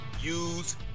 use